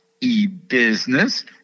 e-business